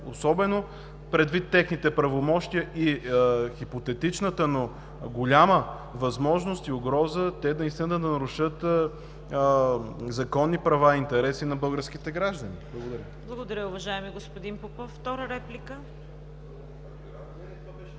особено предвид техните правомощия и хипотетичната, но голяма възможност и угроза, те наистина да нарушат законни права и интереси на българските граждани? Благодаря. ПРЕДСЕДАТЕЛ ЦВЕТА КАРАЯНЧЕВА: Благодаря, уважаеми господин Попов. Втора реплика?